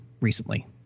recently